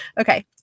okay